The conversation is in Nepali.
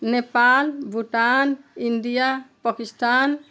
नेपाल भुटान इन्डिया पाकिस्तान